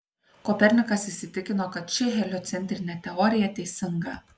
kopernikas įsitikino kad ši heliocentrinė teorija teisinga